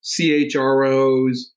CHROs